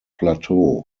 plateau